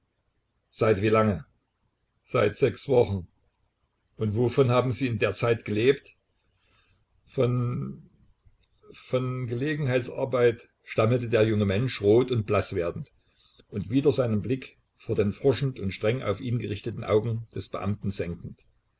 seit wie lange seit sechs wochen und wovon haben sie in der zeit gelebt von von gelegenheitsarbeit stammelte der junge mensch rot und blaß werdend und wieder seinen blick vor den forschend und streng auf ihn gerichteten augen des beamten senkend